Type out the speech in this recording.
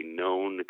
known